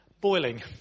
boiling